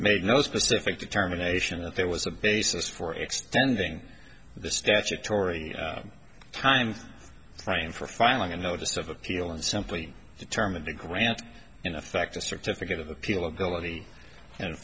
made no specific determination that there was a basis for extending the statutory time frame for filing a notice of appeal and simply determined to grant in effect a certificate of appeal ability and